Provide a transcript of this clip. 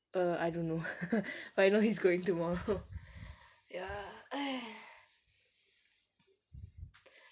err I don't know but I know he's going tomorrow ya